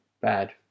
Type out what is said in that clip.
bad